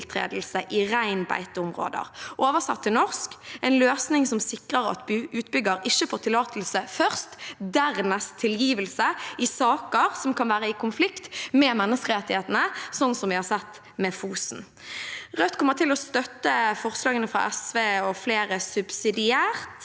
i reinbeiteområder. Oversatt til norsk vil det si en løsning som sikrer at utbygger ikke får tillatelse først, dernest tilgivelse, i saker som kan være i konflikt med menneskerettighetene, slik vi har sett med Fosen. Rødt kommer til å støtte forslagene fra SV og flere subsidiært,